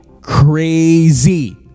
crazy